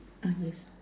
ah yes